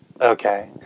Okay